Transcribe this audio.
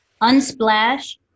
unsplash